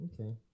Okay